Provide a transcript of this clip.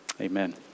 amen